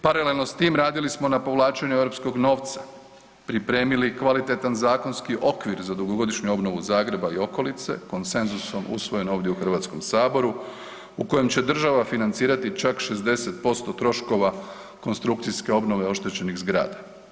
Paralelno s tim radili smo na povlačenju europskog novca, pripremili kvalitetan zakonski okvir za dugogodišnju obnovu Zagreba i okolice, konsenzusom usvojen ovdje u HS-u u kojem će država financirati čak 60% troškova konstrukcijske obnove oštećenih zgrada.